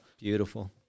Beautiful